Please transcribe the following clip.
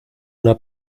una